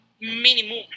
minimum